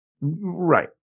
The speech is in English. Right